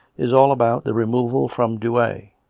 is all about the removal from douay.